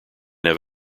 have